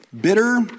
bitter